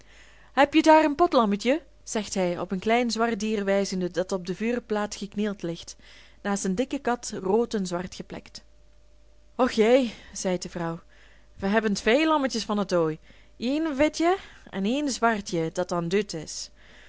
hebje daar een potlammetje zegt hij op een klein zwart dier wijzende dat op de vuurplaat geknield ligt naast een dikke kat rood en zwart geplekt och jæ zeit de vrouw we hebben twee lammetjes van dat ooi ien witje en ien zwartje dat dan dut is